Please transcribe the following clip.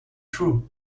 true